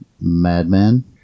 Madman